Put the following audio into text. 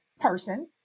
person